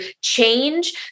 change